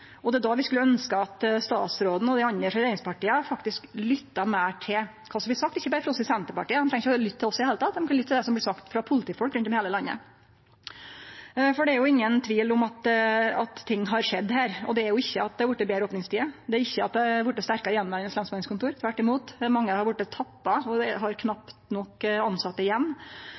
Og det er då vi skulle ønskje at statsråden og dei andre frå regjeringspartia faktisk lytta meir til kva som blir sagt – ikkje berre frå oss i Senterpartiet, dei treng ikkje å lytte til oss i det heile, dei kan lytte til det som blir sagt av politifolk rundt om i heile landet. For det er jo ingen tvil om at ting har skjedd her, og det er at det ikkje har vorte betre opningstider, det har ikkje vorte sterkare attverande lensmannskontor – tvert imot, mange har vorte tappa og har knapt nok tilsette igjen.